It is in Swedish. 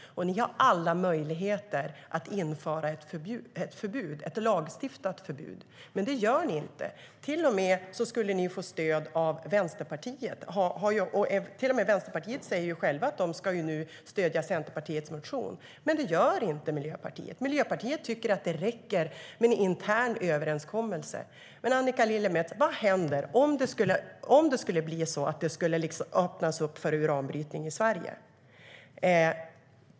Ni har alla möjligheter att införa ett lagstiftat förbud, men det gör ni inte. Ni skulle till och med få stöd av Vänsterpartiet. Vänsterpartiet säger självt att det nu ska stödja Centerpartiets motion, men det gör inte Miljöpartiet. Miljöpartiet tycker att det räcker med en intern överenskommelse. Vad händer, Annika Lillemets, om det skulle öppnas för uranbrytning i Sverige?